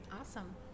Awesome